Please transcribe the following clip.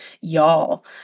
y'all